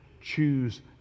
choose